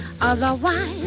otherwise